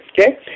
Okay